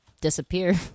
disappear